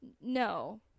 no